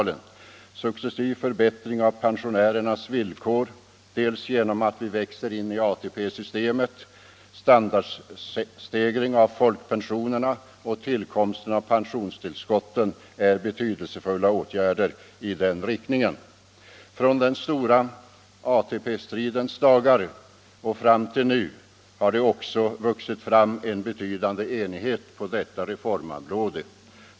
Den successiva förbättringen av pensionärernas villkor genom att vi växer in i ATP-systemet, standardstegringen av folkpensionerna och tillkomsten av pensionstillskotten är betydelsefulla åtgärder i den riktningen. Från den stora ATP-stridens dagar och fram till nu har det också vuxit fram en betydande enighet på detta reformområde.